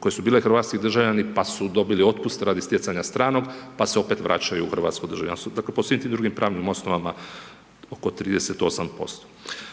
koje su bile hrvatski državljani pa su dobili otpust radi stjecanja stranog pa se opet vraćaju u hrvatsko državljanstvo. Dakle po svim tim drugim pravnim osnovama oko 38%.